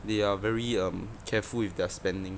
they are um very careful if they're spending